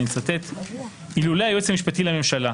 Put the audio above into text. ואני מצטט: "אילולא היועץ המשפטי לממשלה,